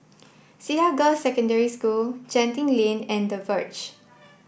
Cedar Girls' Secondary School Genting Lane and the Verge